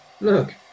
Look